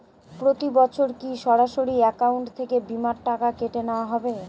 প্রতি বছর কি সরাসরি অ্যাকাউন্ট থেকে বীমার টাকা কেটে নেওয়া হবে?